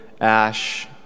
ash